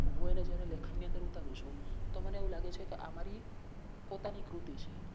હું એને જ્યારે લેખનની અંદર ઉતારું છું તો મને એવું લાગે છેકે આ મારી પોતાની કૃતિ છે